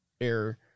error